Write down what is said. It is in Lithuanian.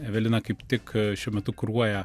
evelina kaip tik šiuo metu kuruoja